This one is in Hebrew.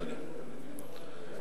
בבקשה.